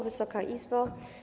Wysoka Izbo!